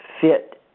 fit